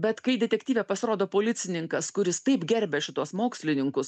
bet kai detektyve pasirodo policininkas kuris taip gerbia šituos mokslininkus